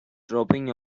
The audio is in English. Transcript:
dropping